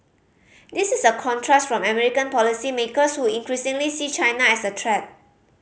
this is a contrast from American policymakers who increasingly see China as a threat